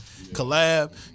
Collab